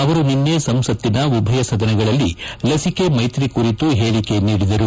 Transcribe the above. ಅವರು ನಿನ್ನೆ ಸಂಸತ್ತಿನ ಉಭಯ ಸದನಗಳಲ್ಲಿ ಲಭಿಕೆ ಮೈತ್ರಿ ಕುರಿತು ಹೇಳಕೆ ನೀಡಿದರು